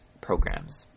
programs